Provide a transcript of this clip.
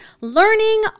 learning